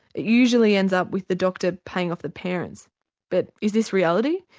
it usually ends up with the doctor paying off the parents but is this reality?